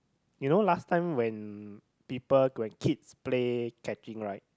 you know last time when people when kids play catching right